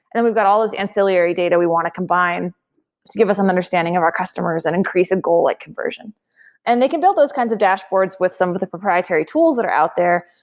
then we've got all those ancillary data we want to combine to give us an understanding of our customers and increase a goal, like conversion and they can build those kinds of dashboards with some of the proprietary tools that are out there,